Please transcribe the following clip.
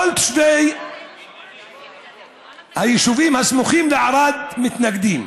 כל תושבי היישובים הסמוכים לערד מתנגדים.